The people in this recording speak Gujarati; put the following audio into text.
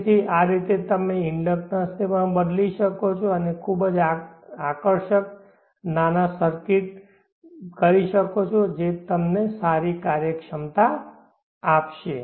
તેથી આ રીતે તમે આ ઇન્ડક્ટન્સને પણ બદલી શકો છો અને ખૂબ જ આકર્ષક નાના સર્કિટ કરી શકો છો જે તમને સારી કાર્યક્ષમતા આપશે